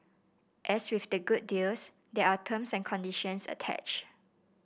as with the good deals there are terms and conditions attached